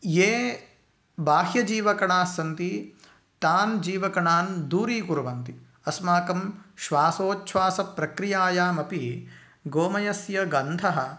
ये बाह्यजीवकणास्सन्ति तान् जीवकणान् दूरीकुर्वन्ति अस्माकं श्वासोछ्वासप्रक्रियायामपि गोमयस्य गन्धः